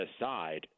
aside